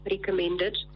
recommended